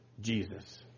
Jesus